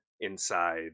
inside